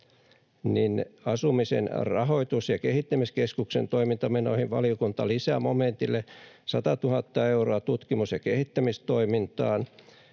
niin Asumisen rahoitus‑ ja kehittämiskeskuksen toimintamenoihin valiokunta lisää momentille 100 000 euroa tutkimus‑ ja kehittämistoimintaan.